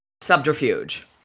subterfuge